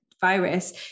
virus